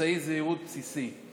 כאמצעי זהירות בסיסיים.